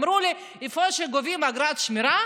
אמרו לי: איפה שגובים אגרות שמירה,